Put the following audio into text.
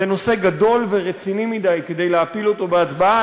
זה נושא גדול ורציני מדי כדי להפיל אותו בהצבעה.